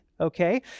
okay